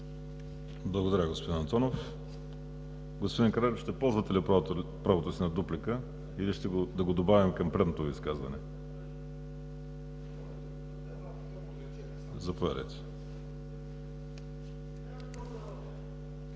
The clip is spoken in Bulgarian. Благодаря, господин Антонов. Господин Кралев, ще ползвате ли правото си на дуплика, или да го добавим към предното Ви изказване? Заповядайте.